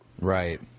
Right